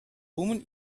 woman